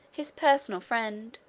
his personal friend.